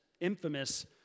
infamous